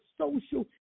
social